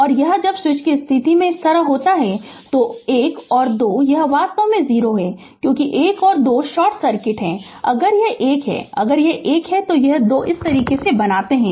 तो यह जब स्विच की स्थिति इस तरह है तो 1 और 2 यह वास्तव में 0 है क्योंकि 1 और 2 शॉर्ट सर्किट है अगर 1 है अगर यह 1 है और 2 इस तरह बनाते हैं